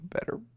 better